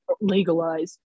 legalized